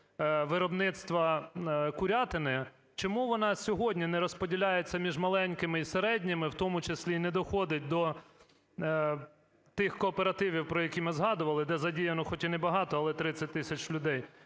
виробництва курятини, чому вона сьогодні не розподіляється між маленькими і середніми, в тому числі і не доходить до тих кооперативів, про які ми згадували, де задіяно хоч і небагато, але 30 тисяч людей?